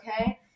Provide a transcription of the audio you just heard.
Okay